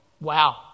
Wow